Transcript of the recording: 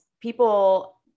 people